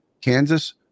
Kansas